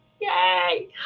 Yay